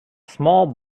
small